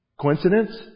coincidence